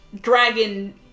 dragon